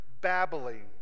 babbling